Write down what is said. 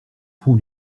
fond